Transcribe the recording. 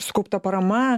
sukaupta parama